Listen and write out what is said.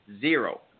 Zero